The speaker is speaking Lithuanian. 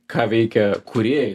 ką veikia kūrėjai